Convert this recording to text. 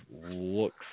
looks